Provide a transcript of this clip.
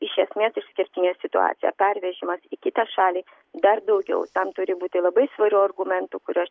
iš esmės išskirtinė situacija pervežimas į kitą šalį dar daugiau ten turi būti labai svarių argumentų kuriuos